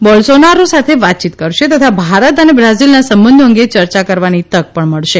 Bolsonaro સાથે વાતચીત કરશે તથા ભારત અને બ્રાઝીલના સંબંધો અંગે ચર્ચા કરવાની તક મળશે